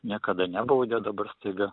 niekada nebaudė dabar staiga